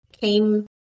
came